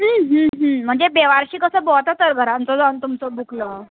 म्हणजे बेवारशी कसो भोंवता तर घरान ताजो आनी तुमचो बुकलो